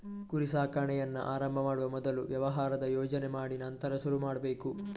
ಕುರಿ ಸಾಕಾಣೆಯನ್ನ ಆರಂಭ ಮಾಡುವ ಮೊದಲು ವ್ಯವಹಾರದ ಯೋಜನೆ ಮಾಡಿ ನಂತರ ಶುರು ಮಾಡ್ಬೇಕು